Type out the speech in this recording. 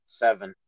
seven